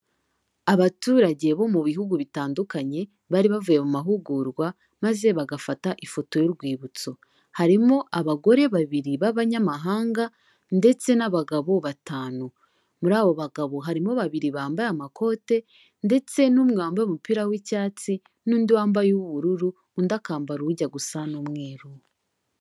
Abaturage bo mu bihugu bitandukanye bari bavuye mu mahugurwa maze bagafata ifoto y'urwibutso. Harimo abagore babiri b'abanyamahanga, ndetse n'abagabo batanu. Muri abo bagabo harimo babiri bambaye amakote, ndetse n'umwe wambaye umupira w'icyatsi, n'undi wambaye uw'ubururu, undi akambara ujya gusa n'umweru.